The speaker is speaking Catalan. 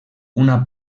una